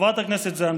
חברת הכנסת זנדברג,